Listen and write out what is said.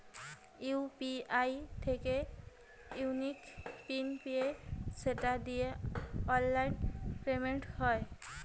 UPI থিকে unique PIN পেয়ে সেটা দিয়ে অনলাইন পেমেন্ট হয়